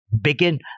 begin